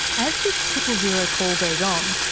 as this triple zero call goes on.